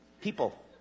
people